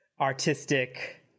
Artistic